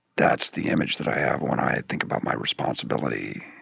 that's the image that i have when i think about my responsibility